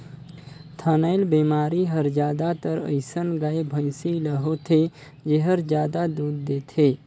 थनैल बेमारी हर जादातर अइसन गाय, भइसी ल होथे जेहर जादा दूद देथे